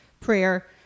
prayer